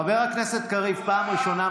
חבר הכנסת קריב, פעם ראשונה.